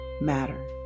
matter